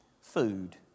food